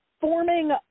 forming